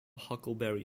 huckleberry